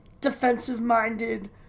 defensive-minded –